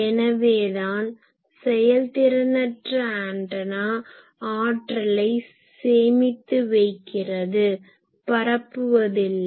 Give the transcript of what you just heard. எனவேதான் செயல்திறனற்ற ஆன்டனா ஆற்றலை சேமித்து வைக்கிறது பரப்புவதில்லை